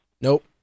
Nope